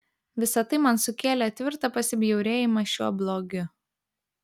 visa tai man sukėlė tvirtą pasibjaurėjimą šiuo blogiu